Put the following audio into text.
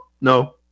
no